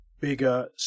bigger